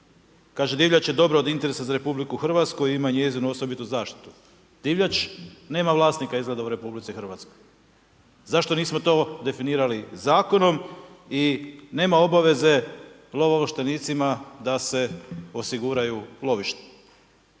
Kaže divljač je dobra od interesa za RH i ima njezinu osobitu zaštitu. Divljač nema vlasnika izgleda u RH. Zašto nismo to definirali zakonom i nema obaveze lovoovlaštenicima da se osiguraju lovišta.